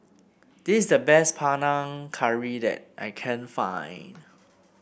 this is the best Panang Curry that I can find